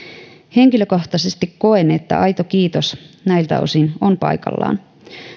henkilökohtaisesti koen että aito kiitos näiltä osin on paikallaan